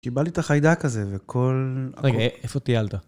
קיבלתי את החיידק הזה, וכל הכול... רגע, איפה טיילת?